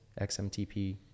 XMTP